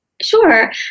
Sure